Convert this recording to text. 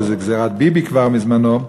וזו גזירת ביבי כבר מזמנו,